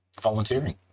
volunteering